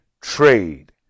trade